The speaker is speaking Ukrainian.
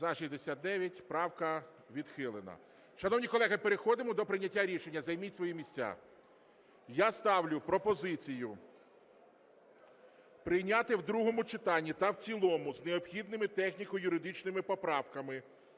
За-69 Правка відхилена. Шановні колеги, переходимо до прийняття рішення, займіть свої місця. Я ставлю пропозицію прийняти в другому читанні та в цілому з необхідними техніко-юридичними поправками